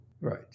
Right